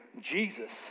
jesus